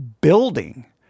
building